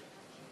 ב.